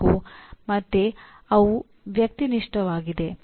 ಮತ್ತೆ ಅದು ವ್ಯಕ್ತಿನಿಷ್ಠವಾಗಿದೆ